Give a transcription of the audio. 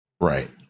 Right